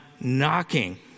knocking